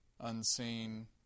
unseen